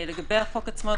לגבי החוק עצמו,